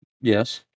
Yes